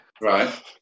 right